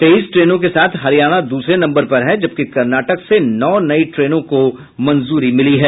तेईस ट्रेनों के साथ हरियाणा दूसरे नम्बर पर है जबकि कर्नाटक से नौ नई ट्रेनों को मंजूरी मिली है